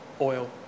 oil